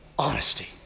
honesty